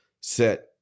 set